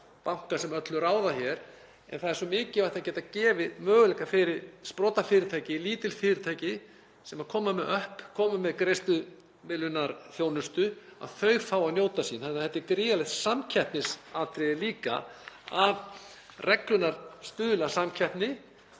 banka sem öllu ráða hér. En það er svo mikilvægt að geta gefið möguleika fyrir sprotafyrirtæki, lítil fyrirtæki sem koma með öpp, koma með greiðslumiðlunarþjónustu, að þau fái að njóta sín. Þetta er gríðarlegt samkeppnisatriði líka að reglurnar stuðli að samkeppni,